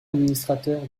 administrateur